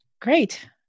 great